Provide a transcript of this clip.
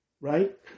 right